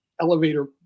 elevator